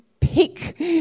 pick